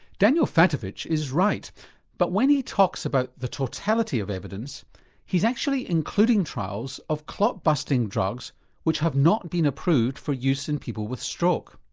daniel fatovich is right but when he talks about the totality of evidence he's actually including trials of clot busting drugs which have not been approved for use in people with stroke.